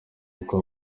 uko